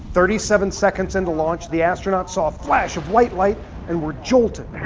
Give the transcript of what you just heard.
thirty seven seconds into launch, the astronauts saw a flash of white light and were jolted.